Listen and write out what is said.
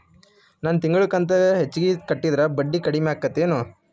ನನ್ ತಿಂಗಳ ಕಂತ ಹೆಚ್ಚಿಗೆ ಕಟ್ಟಿದ್ರ ಬಡ್ಡಿ ಕಡಿಮಿ ಆಕ್ಕೆತೇನು?